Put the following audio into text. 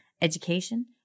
education